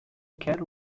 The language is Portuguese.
quero